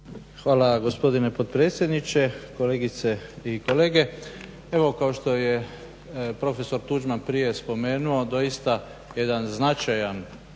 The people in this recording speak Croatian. Hvala gospodine potpredsjedniče, kolegice i kolege. Evo kao što je prof. Tuđman prije spomenuo doista jedan značajan